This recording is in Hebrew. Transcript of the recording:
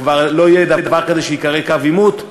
וכבר לא יהיה דבר כזה שייקרא "קו עימות",